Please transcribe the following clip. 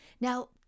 Now